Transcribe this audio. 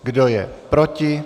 Kdo je proti?